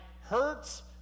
hurts